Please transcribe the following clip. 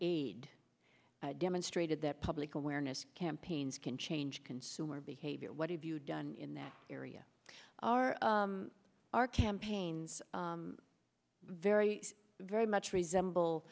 aid demonstrated that public awareness campaigns can change consumer behavior what have you done in that area are our campaigns very very much resemble